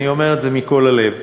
אני אומר את זה מכל הלב,